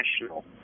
national